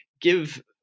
give